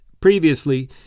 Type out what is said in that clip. Previously